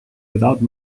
without